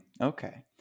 Okay